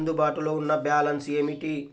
అందుబాటులో ఉన్న బ్యాలన్స్ ఏమిటీ?